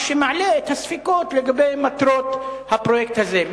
מה שמעלה את הספקות לגבי מטרות הפרויקט הזה.